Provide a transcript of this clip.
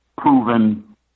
proven